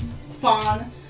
spawn